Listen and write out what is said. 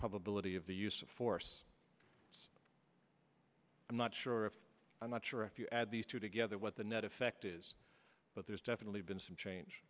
probability of the use of force i'm not sure i'm not sure if you add these two together what the net effect is but there's definitely been some change